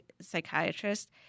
psychiatrist